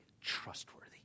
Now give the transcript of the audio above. trustworthy